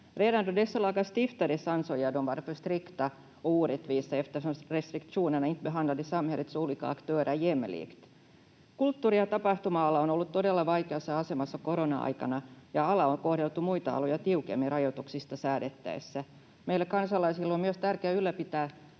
Kulttuuri- ja tapahtuma-ala on ollut todella vaikeassa asemassa korona-aikana, ja alaa on kohdeltu muita aloja tiukemmin rajoituksista säädettäessä. Meille kansalaisille on myös tärkeää ylläpitää